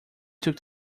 took